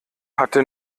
hatte